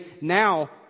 now